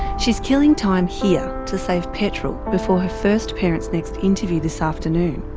she's killing time here to save petrol before her first parentsnext interview this afternoon.